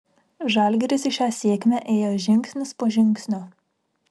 žalgiris į šią sėkmę ėjo žingsnis po žingsnio